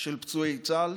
של פצועי צה"ל,